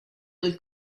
del